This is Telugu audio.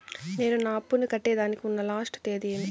నేను నా అప్పుని కట్టేదానికి ఉన్న లాస్ట్ తేది ఏమి?